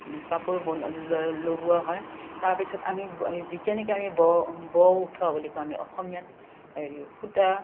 কাপোৰ বন ল লগোৱা হয় তাৰপিছত আমি যেতিয়া নেকি আমি ব ব উঠাওঁ বুলি কয় আমি অসমীয়াত হেৰি সূতা